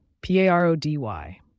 P-A-R-O-D-Y